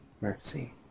mercy